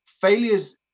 failures